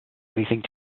anything